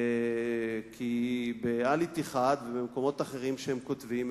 כי ב"אל-איתיחאד" ובמקומות אחרים שהם כותבים,